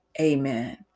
amen